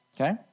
Okay